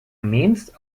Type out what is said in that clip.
means